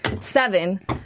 seven